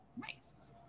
nice